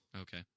Okay